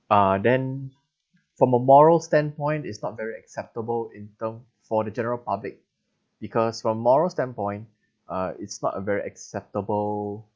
uh then from a moral standpoint is not very acceptable in term for the general public because from moral standpoint uh it's not a very acceptable